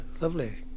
lovely